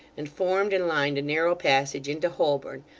and formed and lined a narrow passage into holborn,